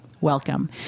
welcome